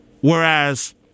Whereas